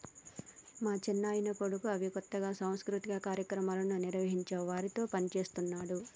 మా చిన్నాయన కొడుకు అవి కొత్తగా సాంస్కృతిక కార్యక్రమాలను నిర్వహించే వారితో పనిచేస్తున్నాడు